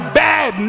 bad